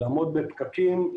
לעמוד בפקקים,